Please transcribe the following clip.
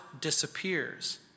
disappears